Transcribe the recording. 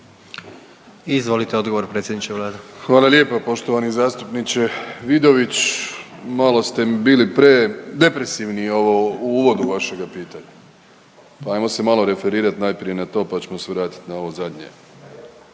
**Plenković, Andrej (HDZ)** Hvala lijepo poštovani zastupniče Vidović, malo ste mi bili predepresivni ovo u uvodu vašega pitanja, pa ajmo se malo referirat najprije na to, pa ćemo se vratit na ovo zadnje.